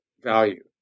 value